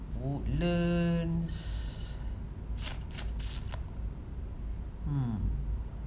woodlands mm